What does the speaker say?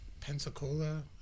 Pensacola